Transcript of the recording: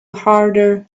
harder